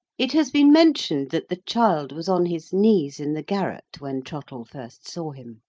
it has been mentioned that the child was on his knees in the garret, when trottle first saw him.